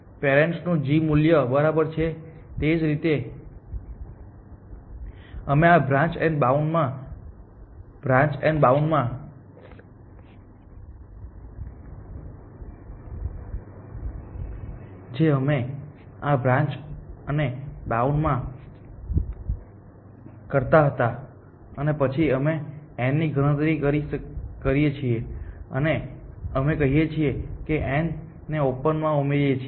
parents નું g મૂલ્ય બરાબર તે જ રીતે છે જે અમે આ બ્રાન્ચ અને બાઉન્ડ માં કરતા હતા અને પછી અમે n ની ગણતરી કરીએ છીએ અને અમે કહીએ છીએ કે n ને ઓપન માં ઉમેરીએ છે